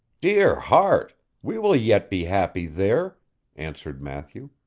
dear heart! we will yet be happy there answered matthew.